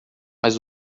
mas